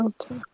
okay